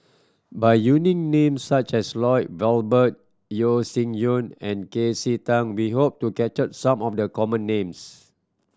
by using names such as Lloyd Valberg Yeo Shih Yun and K C Tang we hope to capture some of the common names